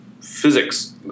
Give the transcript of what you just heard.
physics